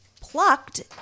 plucked